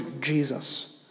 Jesus